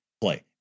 play